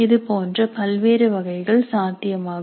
இதுபோன்ற பல்வேறு வகைகள் சாத்தியமாகும்